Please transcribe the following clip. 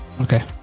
Okay